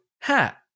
hat